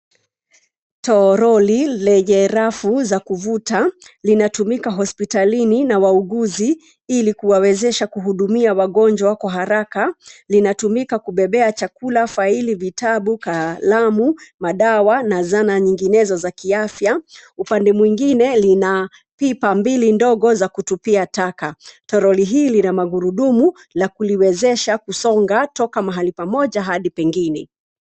Toroli lenye rafu za kuvuta linatumika hospitalini na wauguzi ili kuwawezesha kuhudumia wagonjwa kwa haraka. Linatumika kubebea chakula, faili, vitabu, kalamu, madawa na zana nyinginezo za kiafya. Upande mwingine lina pipa mbili ndogo za kutupia taka. Toroli hii lina magurudumu kuliwezesha kusonga toka mahali pamoja hadi pengine.